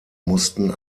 mussten